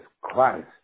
Christ